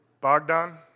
Bogdan